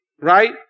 right